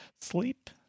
sleep